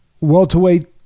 welterweight